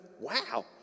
wow